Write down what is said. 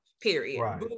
period